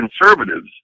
conservatives